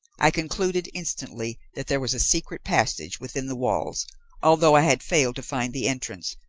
i concluded instantly that there was a secret passage within the walls although i had failed to find the entrance,